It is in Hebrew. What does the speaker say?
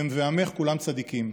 הם "ועמך כולם צדיקים".